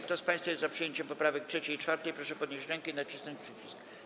Kto z państwa jest za przyjęciem poprawek 3. i 4., proszę podnieść rękę i nacisnąć przycisk.